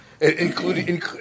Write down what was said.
including